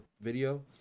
video